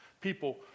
people